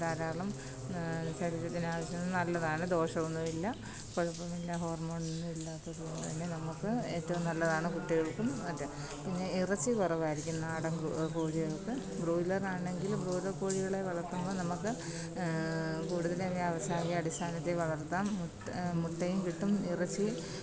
ധാരാളം ശരീരത്തിന് ആവശ്യത്തിന് നല്ലതാണ് ദോഷം ഒന്നുമില്ല കുഴപ്പമില്ല ഹോര്മോണൊന്നും ഇല്ലാത്തതുകൊണ്ട് തന്നെ നമുക്ക് ഏറ്റവും നല്ലതാണ് കുട്ടികള്ക്കും ഒക്കെ പിന്നെ ഇറച്ചി കുറവായിരിക്കും നാടന് കോഴികള്ക്ക് ബ്രോയിലറാണെങ്കില് ബ്രോയിലര് കോഴികളെ വളര്ത്തുമ്പം നമുക്ക് കൂടുതലും വ്യാവസായിക അടിസ്ഥാനത്തിൽ വളര്ത്താം മുട്ടയും കിട്ടും ഇറച്ചി